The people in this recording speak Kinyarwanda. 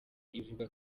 ivuga